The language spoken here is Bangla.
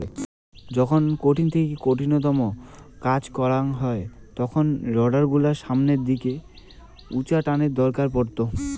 যখন অনেক কঠিন থাকি কঠিনতম কাজ করাং হউ তখন রোডার গুলোর সামনের দিকে উচ্চটানের দরকার পড়ত